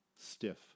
stiff